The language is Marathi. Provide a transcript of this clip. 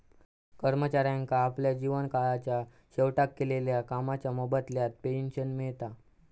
कर्मचाऱ्यांका आपल्या जीवन काळाच्या शेवटाक केलेल्या कामाच्या मोबदल्यात पेंशन मिळता